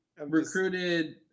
Recruited